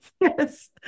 Yes